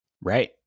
Right